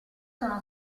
sono